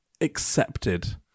accepted